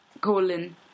colon